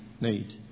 need